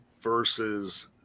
versus